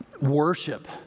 worship